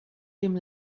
dem